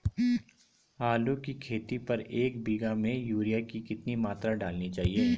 आलू की खेती पर एक बीघा में यूरिया की कितनी मात्रा डालनी चाहिए?